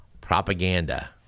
Propaganda